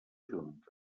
junta